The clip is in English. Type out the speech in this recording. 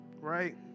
right